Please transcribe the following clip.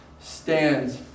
stands